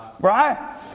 right